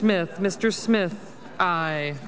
smith mr smith i